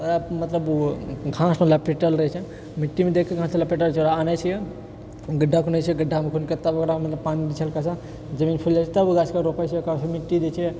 ओकरा मतलब घासमे लपेटल रहै छै मिट्टीमे दएके घासमे लपेटल रहै छै ओकरा आनै छियै गढ्ढ़ा खूनै छियै गढ्ढ़ामे खुनिके तब ओकरा पानी दए छियै हल्का सा जमीन फूलि जाइ छै तब ओ गाछके रोपै छिऐ ओकरबाद फेर मिट्टी दए छिऐ